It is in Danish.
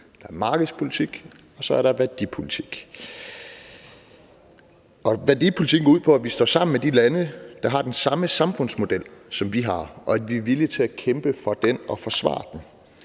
markedspolitik og værdipolitik. Værdipolitikken går ud på, at vi står sammen med de lande, der har den samme samfundsmodel, som vi har, og at vi er villige til at kæmpe for den og forsvare den.